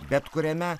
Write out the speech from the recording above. bet kuriame